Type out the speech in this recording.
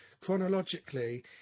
chronologically